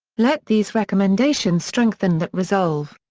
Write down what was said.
let these recommendations strengthen that resolve.